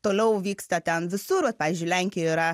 toliau vyksta ten visur vat pavyzdžiui lenkijoj yra